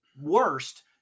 worst